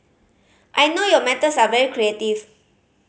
I know your methods are very creative